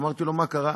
אמרתי לו: מה קרה?